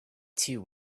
too